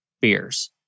beers